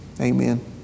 Amen